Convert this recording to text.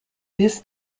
this